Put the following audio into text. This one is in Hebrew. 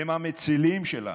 הם המצילים שלנו.